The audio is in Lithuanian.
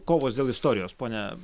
kovos dėl istorijos pone